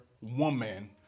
woman